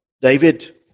David